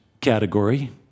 category